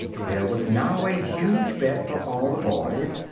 there was now a huge bed for all the boys,